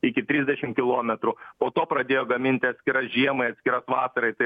iki trisdešimt kilometrų po to pradėjo gaminti atskiras žiemai atskiras vasarai tai